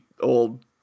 old